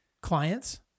clients